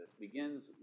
begins